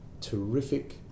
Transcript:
terrific